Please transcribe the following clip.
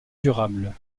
durable